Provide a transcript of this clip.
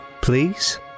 please